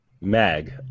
Mag